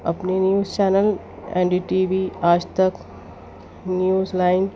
اپنی news channel N D T V Aaj Tak news line